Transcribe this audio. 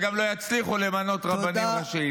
שגם לא יצליחו למנות רבנים ראשיים.